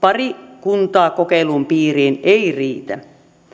pari kuntaa kokeilun piiriin ei riitä